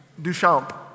Duchamp